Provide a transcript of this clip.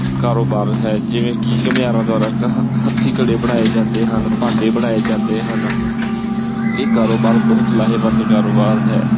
ਕਾਰੋਬਾਰ ਹੈ ਜਿਵੇਂ ਕਿ ਘੁੰਮਿਆਰਾਂ ਦੁਆਰਾ ਕ ਹ ਹੱਥੀਂ ਘੜੇ ਬਣਾਏ ਜਾਂਦੇ ਹਨ ਭਾਂਡੇ ਬਣਾਏ ਜਾਂਦੇ ਹਨ ਇਹ ਕਾਰੋਬਾਰ ਬਹੁਤ ਲਾਹੇਵੰਦ ਕਾਰੋਬਾਰ ਹੈ